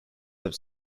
have